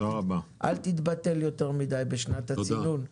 אל תתבטל יותר מידי בשנת הצינון.